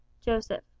Joseph